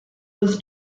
was